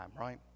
right